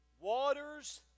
waters